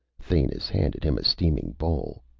thanis handed him a steaming bowl.